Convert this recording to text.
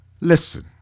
listen